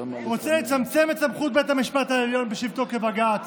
רוצה לצמצם את סמכות בית המשפט העליון בשבתו כבג"ץ